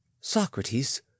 Socrates